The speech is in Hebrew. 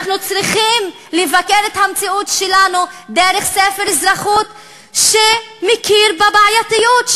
אנחנו צריכים לבקר את המציאות שלנו דרך ספר אזרחות שמכיר בבעייתיות,